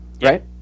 right